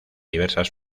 diversas